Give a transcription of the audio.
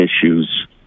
issues